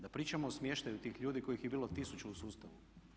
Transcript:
Da pričamo o smještaju tih ljudi kojih je bilo 1000 u sustavu?